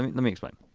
i mean let me explain.